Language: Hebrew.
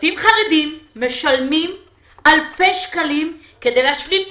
בבתים חרדיים משלמים אלפי שקלים כדי להשלים את